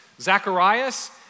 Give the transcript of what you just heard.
Zacharias